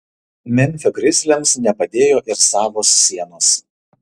memfio grizliams nepadėjo ir savos sienos